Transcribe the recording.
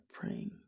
praying